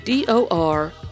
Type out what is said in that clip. DOR